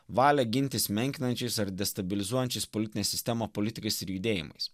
valia gintis menkinančiais ar destabilizuojančiais politine sistema politikais ir judėjimais